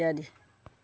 ইত্যাদি